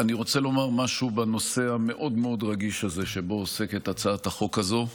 אני רוצה לומר משהו בנושא המאוד-מאוד רגיש הזה שבו עוסקת הצעת החוק הזו,